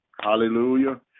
Hallelujah